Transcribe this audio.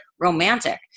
romantic